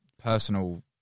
personal